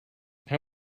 how